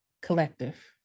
Collective